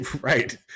right